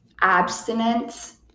abstinence